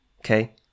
okay